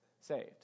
Saved